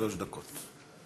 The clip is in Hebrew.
שלוש דקות.